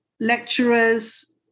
lecturers